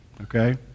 Okay